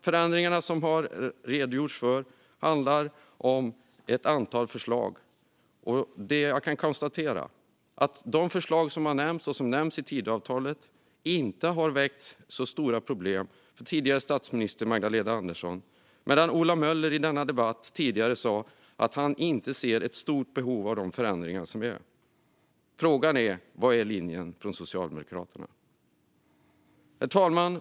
Förändringarna som redogjorts för handlar om ett antal förslag, och jag kan konstatera att de förslag som nämnts här och som nämns i Tidöavtalet inte har vållat några stora problem för tidigare statsminister Magdalena Andersson, medan Ola Möller i denna debatt tidigare sa att han inte ser något stort behov av de förändringar som görs. Frågan är vad Socialdemokraternas linje är. Herr talman!